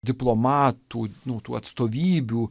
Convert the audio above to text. diplomatų nuo tų atstovybių